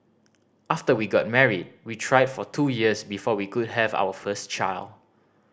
after we got married we tried for two years before we could have our first child